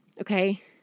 okay